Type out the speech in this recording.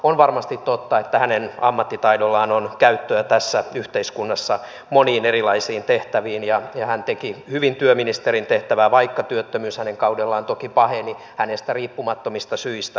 on varmasti totta että hänen ammattitaidollaan on käyttöä tässä yhteiskunnassa moniin erilaisiin tehtäviin ja hän hoiti hyvin työministerin tehtävää vaikka työttömyys hänen kaudellaan toki paheni hänestä riippumattomista syistä varmasti